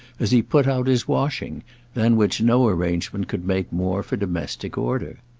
as he put out his washing than which no arrangement could make more for domestic order.